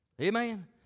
Amen